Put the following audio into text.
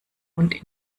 und